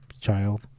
child